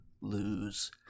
lose